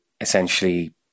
essentially